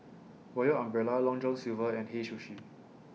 Royal Umbrella Long John Silver and Hei Sushi